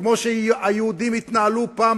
כמו שהיהודים התנהלו פעם,